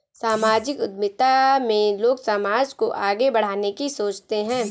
सामाजिक उद्यमिता में लोग समाज को आगे बढ़ाने की सोचते हैं